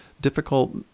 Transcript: difficult